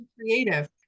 Creative